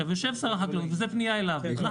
עכשיו אני פונה אל שר החקלאות.